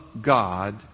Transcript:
God